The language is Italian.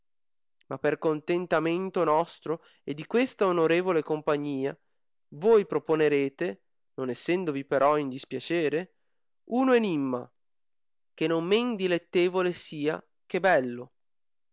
ma per contentamento nostro e di questa onorevole compagnia voi proponerete non essendovi però in dispiacere uno enimma che non men dilettevole sia che bello